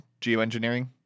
Geoengineering